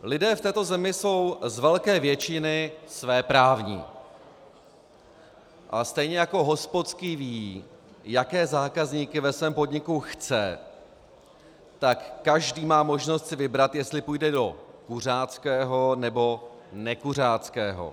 Lidé v této zemi jsou z velké většiny svéprávní, ale stejně jako hospodský ví, jaké zákazníky ve svém podniku chce, tak každý má možnost si vybrat, jestli půjde do kuřáckého, nebo nekuřáckého.